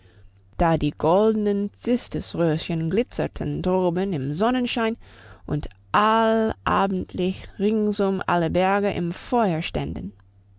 da die goldenen cystusröschen glitzerten droben im sonnenschein und allabendlich ringsum alle berge im feuer ständen